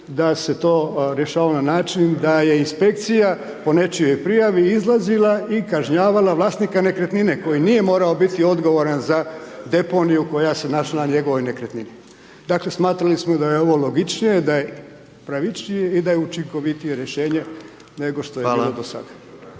da se to rješava na način da je inspekcija po nečijoj prijavi izlazila i kažnjavala vlasnika nekretnine koji nije morao biti odgovoran za deponiju koja se našla na njegovoj nekretnini. Dakle smatrali smo da je ovo logičnije, da je pravičnije i da je učinkovitije rješenje nego što je bilo do sada.